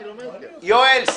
יואלס,